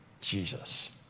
Jesus